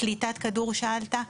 פליטת כדור שאלת,